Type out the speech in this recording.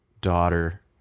daughter